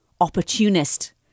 Opportunist